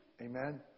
Amen